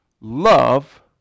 Love